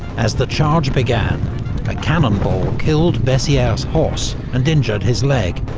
as the charge began a cannonball killed bessieres' horse and injured his leg.